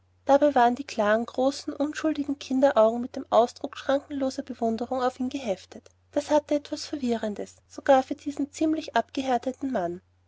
dabei waren die klaren großen unschuldigen kinderaugen mit dem ausdruck schrankenloser bewunderung auf ihn geheftet das hatte etwas verwirrendes sogar für diesen ziemlich abgehärteten mann